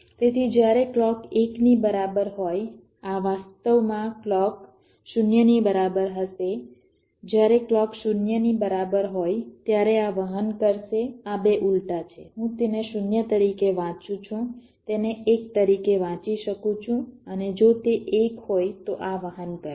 તેથી જ્યારે ક્લૉક 1 ની બરાબર હોય આ વાસ્તવમાં ક્લૉક 0 ની બરાબર હશે જ્યારે ક્લૉક 0 ની બરાબર હોય ત્યારે આ વહન કરશે આ બે ઉલટા છે હું તેને 0 તરીકે વાંચી શકું છું તેને 1 તરીકે વાંચી શકું છું અને જો તે 1 હોય તો આ વહન કરશે